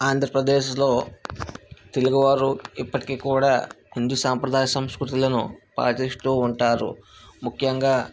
ఆంధ్రప్రదేశ్లో తెలుగు వారు ఇప్పటికీ కూడా హిందూ సాంప్రదాయ సంస్కృతులను పాటిస్తూ ఉంటారు ముఖ్యంగా